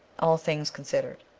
all things considered